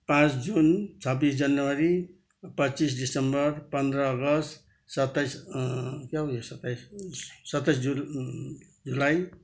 पाँच जुन छब्बिस जनवरी पच्चिस डिसेम्बर पन्ध्र अगस्ट सत्ताइस क्या हो यो सत्ताइस सत्ताइस जुन जुलाई